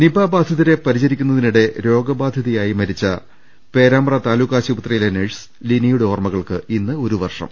Nipah ബാധിതരെ പരിചരിക്കുന്നതിനിടെ രോഗബാധിതയായി മരിച്ച പേരാമ്പ്ര താലൂക്ക് ആശുപത്രിയിലെ നഴ്സ് ലിനിയുടെ ഓർമ്മകൾക്ക് ഇന്ന് ഒരു വർഷം